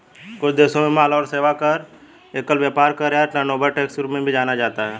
कुछ देशों में माल और सेवा कर, एकल व्यापार कर या टर्नओवर टैक्स के रूप में भी जाना जाता है